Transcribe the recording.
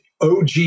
OG